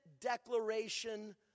declaration